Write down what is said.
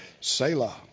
Selah